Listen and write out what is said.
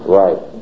right